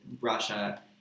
Russia